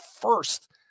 first